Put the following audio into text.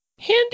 Handy